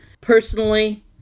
personally